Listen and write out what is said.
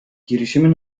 girişimin